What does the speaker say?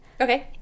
Okay